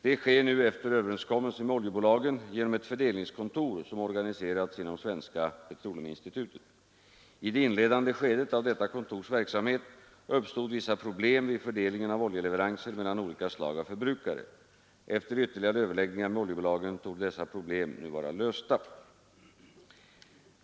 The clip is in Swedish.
Detta sker nu efter överenskommelse med oljebolagen genom ett fördelningskontor som organiserats inom Svenska petroleuminstitutet. I det inledande skedet av detta kontors verksamhet uppstod vissa problem vid fördelningen av oljeleverenser mellan olika slag av förbrukare. Efter ytterligare överläggningar med oljebolagen torde dessa problem nu vara lösta.